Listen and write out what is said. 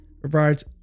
provides